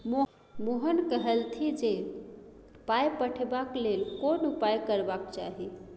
मोहन कहलथि जे पाय पठेबाक लेल कोन उपाय करबाक चाही